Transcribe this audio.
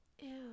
Ew